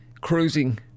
Cruising